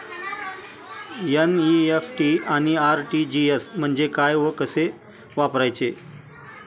NEFT आणि RTGS म्हणजे काय व कसे वापरायचे?